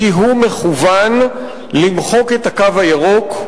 כי הוא מכוון למחוק את "הקו הירוק",